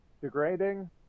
Degrading